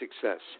success